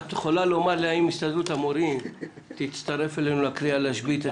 את יכולה לומר לי אם הסתדרות המורים תצטרף אלינו לקריאה להשבית את